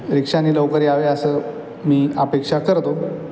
रिक्षाने लवकर यावे असं मी अपेक्षा करतो